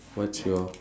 what's your